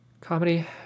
comedy